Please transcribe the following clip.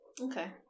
Okay